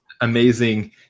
amazing